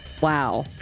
Wow